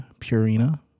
Purina